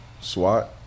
SWAT